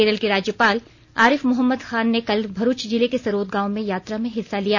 केरल के राज्यपाल आरिफ मोहम्मद खान ने कल भरूच जिले के सरोद गांव में यात्रा में हिस्सा लिया